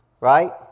right